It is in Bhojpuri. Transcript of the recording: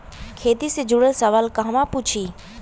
खेती से जुड़ल सवाल कहवा पूछी?